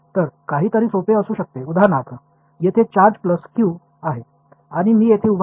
எனவே எளிமையான உதாரணமாக இங்கு சார்ஜ் q எடுத்து கொள்வோம்